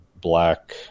black